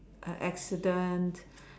a accident